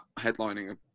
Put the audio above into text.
headlining